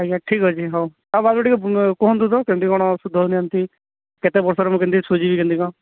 ଆଜ୍ଞା ଠିକ୍ଅଛି ହଉ ଟିକିଏ କୁହନ୍ତୁ ତ କେମିତି କ'ଣ ସୁଧ ନିଅନ୍ତି କେତେ ବର୍ଷରେ ମୁଁ କେମିତି ସୁଝିବି କେମିତି କ'ଣ